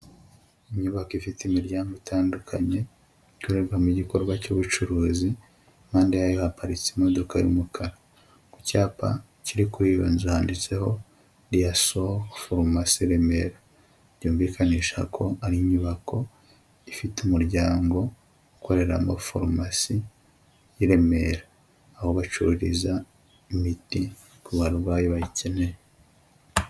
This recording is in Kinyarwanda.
Inyubako ifite imiryango itandukanye ikorerwamo igikorwa cy'ubucuruzi, impande yayo haparitse imodoka, ku cyapa kiri kuri iyo nzu handitseho Diasol pharmacy Remera. Byumvikanisha ko ari inyubako ifite umuryango ukoreramo pharmacy y'i Remera, aho bacururiza imiti ku barwayi bayikeneye.